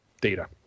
data